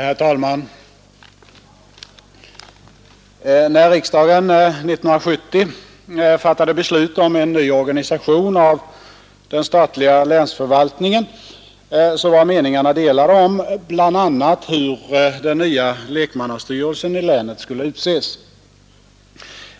Herr talman! När riksdagen 1970 fattade beslut om en ny organisation av den statliga länsförvaltningen, var meningarna delade om bl.a. hur den nya lekmannastyrelsen i länet skulle utses.